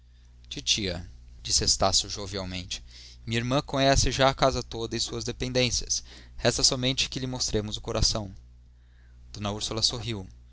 titia disse estácio jovialmente minha irmã conhece já a casa toda e suas dependências resta somente que lhe mostremos o coração d úrsula sorriu